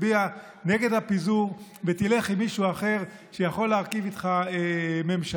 תצביע נגד הפיזור ותלך עם מישהו אחר שיכול להרכיב איתך ממשלה.